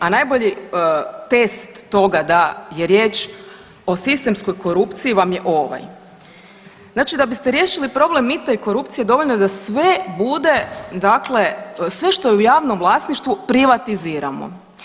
A najbolji test toga da je riječ o sistemskoj korupciji vam je ovaj, znači da biste riješili problem mita i korupcije dovoljno je da sve bude dakle, sve što je u javnom vlasništvu privatiziramo.